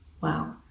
Wow